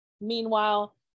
meanwhile